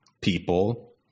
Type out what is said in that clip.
people